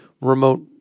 remote